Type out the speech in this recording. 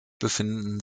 befinden